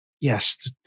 yes